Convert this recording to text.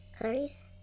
Clarice